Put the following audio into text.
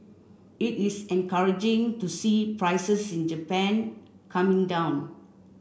it is encouraging to see prices in Japan coming down